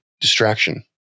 distraction